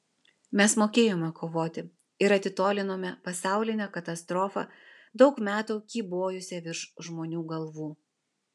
mes mokėjome kovoti ir atitolinome pasaulinę katastrofą daug metų kybojusią virš žmonių galvų